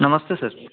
नमस्ते सर